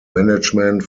management